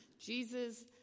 Jesus